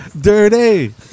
dirty